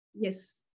Yes